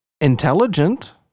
intelligent